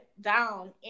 down